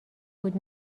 بود